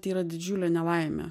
tai yra didžiulė nelaimė